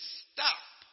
stop